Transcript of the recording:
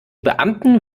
beamten